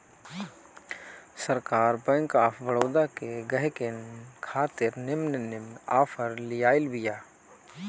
सरकार bank of Baroda के गहकिन खातिर निमन निमन आफर लियाइल बिया